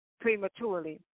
prematurely